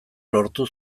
lortu